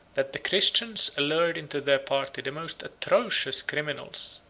that the christians allured into their party the most atrocious criminals,